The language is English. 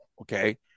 Okay